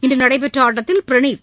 இன்றுநடைபெற்றஆட்டத்தில் Praneeth